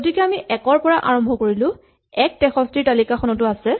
গতিকে আমি ১ ৰ পৰা আৰম্ভ কৰিলো ১ ৬৩ ৰ তালিকাখনতো আছে